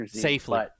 safely